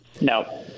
No